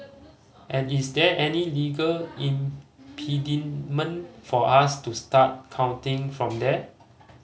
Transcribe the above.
and is there any legal impediment for us to start counting from there